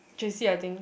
j_c I think